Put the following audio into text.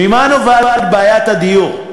ממה נובעת בעיית הדיור?